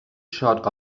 shot